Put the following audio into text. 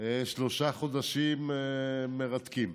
שלושה חודשים מרתקים.